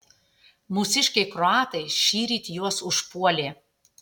mūsiškiai kroatai šįryt juos užpuolė